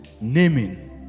naming